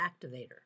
activator